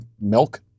milk